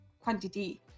Quantity